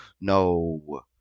no